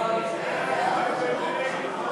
ההצעה להעביר את הצעת חוק